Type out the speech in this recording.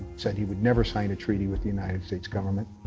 said he would never sign a treaty with the united states government.